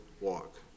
walk